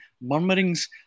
murmurings